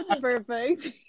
perfect